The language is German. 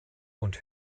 und